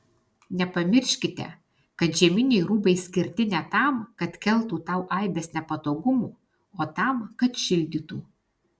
nepamirškite kad žieminiai rūbai skirti ne tam kad keltų tau aibes nepatogumų o tam kad šildytų